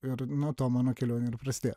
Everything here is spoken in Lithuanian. ir nuo to mano kelionė ir prasidėjo